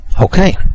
Okay